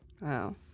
Wow